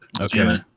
okay